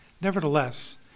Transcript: Nevertheless